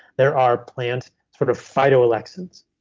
there are plant sort of phytoalexins.